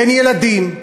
בין ילדים,